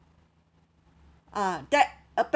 ah that apparent